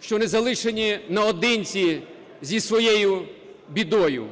що не залишені наодинці зі своєю бідою.